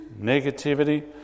negativity